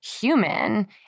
human